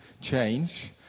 change